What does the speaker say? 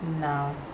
No